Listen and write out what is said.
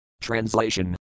Translation